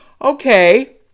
Okay